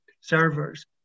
servers